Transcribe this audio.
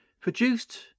produced